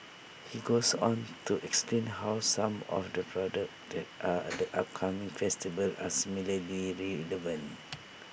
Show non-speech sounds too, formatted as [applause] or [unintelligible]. he goes on to explain how some of the [unintelligible] at A [noise] upcoming festival are similarly relevant [noise]